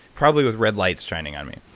probably with red lights shining on me.